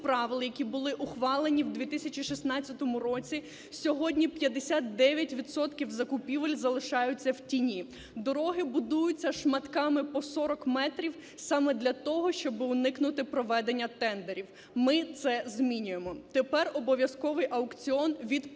Дороги будуються шматками по 40 метрів саме для того, щоб уникнути проведення тендерів. Ми це змінюємо. Тепер обов'язковий аукціон – від 50 тисяч